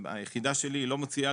היחידה שלי במשרד הבריאות לא מוציאה